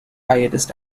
hiatus